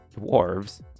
dwarves